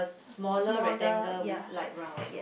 smaller rectangle with light brown also